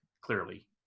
clearly